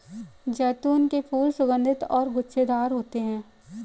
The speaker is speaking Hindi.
जैतून के फूल सुगन्धित और गुच्छेदार होते हैं